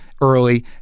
early